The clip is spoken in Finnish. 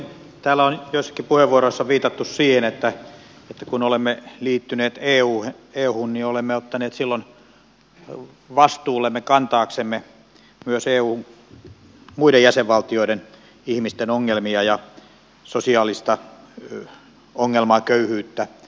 täällä on joissakin puheenvuoroissa viitattu siihen että kun olemme liittyneet euhun niin olemme ottaneet silloin vastuullemme kantaa myös eun muiden jäsenvaltioiden ihmisten ongelmia ja sosiaalista ongelmaa köyhyyttä syrjintää